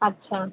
अच्छा